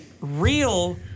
real